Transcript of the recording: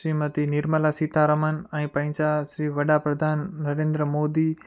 श्रीमती निर्मला सीता रमन ऐं पंहिंजा श्री वॾा प्रधान नरेंद्र मोदी